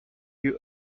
you